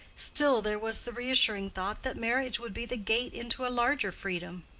still there was the reassuring thought that marriage would be the gate into a larger freedom.